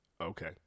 okay